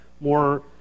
more